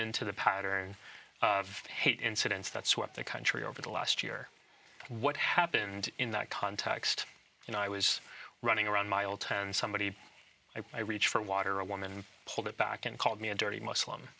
into the pattern of hate incidents that's what the country over the last year what happened in that context you know i was running around mile ten somebody i reach for water a woman pulled it back and called me a dirty muslim